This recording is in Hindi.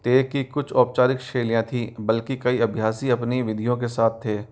ते की कुछ औपचारिक शैलियाँ थीं बल्कि कई अभ्यासी अपनी विधियों के साथ थे